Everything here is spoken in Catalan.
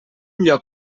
lloc